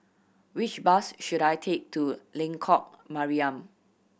which bus should I take to Lengkok Mariam